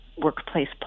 Workplace